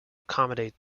accommodate